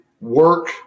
work